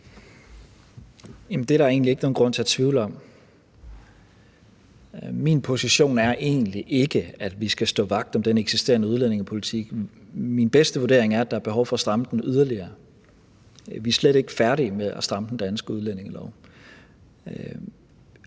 det er der egentlig ikke nogen grund til at tvivle om. Min position er egentlig ikke, at vi skal stå vagt om den eksisterende udlændingepolitik. Min bedste vurdering er, at der er behov for at stramme den yderligere. Vi er slet ikke færdige med at stramme den danske udlændingelov.